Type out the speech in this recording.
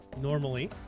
normally